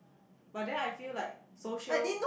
but then I feel like social